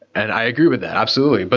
and i agree with that, absolutely. but